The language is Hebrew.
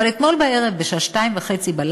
אבל אתמול בשעה 02:30,